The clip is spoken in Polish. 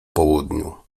południu